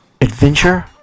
adventure